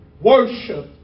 worship